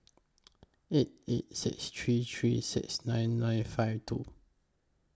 eight eight six three three six nine nine five two